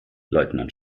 leutnant